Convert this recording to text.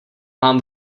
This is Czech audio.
mám